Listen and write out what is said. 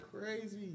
crazy